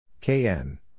KN